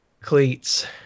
cleats